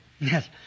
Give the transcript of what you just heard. Yes